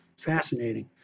Fascinating